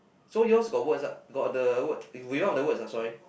so yours got words lah got the word without the words ah sorry